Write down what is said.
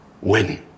win